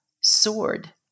sword